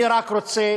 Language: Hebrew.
אני רק רוצה